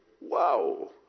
Wow